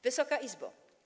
Wysoka Izbo!